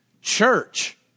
Church